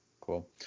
Cool